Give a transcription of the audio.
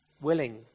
willing